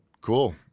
cool